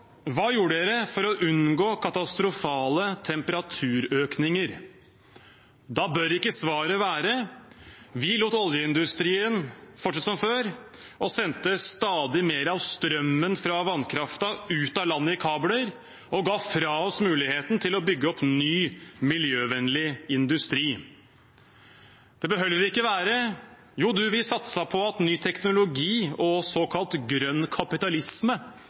hva vi gjorde for å unngå katastrofale temperaturøkninger. Da bør ikke svaret være at vi lot oljeindustrien fortsette som før og sendte stadig mer av strømmen fra vannkraften ut av landet i kabler og ga fra oss muligheten til å bygge opp ny, miljøvennlig industri. Det bør heller ikke være at vi satset på at ny teknologi og såkalt grønn kapitalisme